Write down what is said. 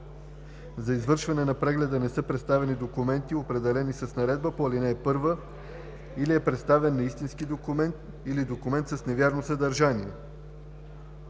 за извършване на прегледа не са представени документите, определени с наредбата по ал. 1 или е представен неистински документ или документ с невярно съдържание.